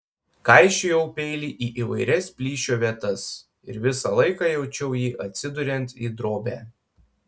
kaišiojau peilį į įvairias plyšio vietas ir visą laiką jaučiau jį atsiduriant į drobę